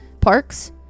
parks